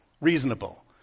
reasonable